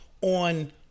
on